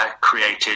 created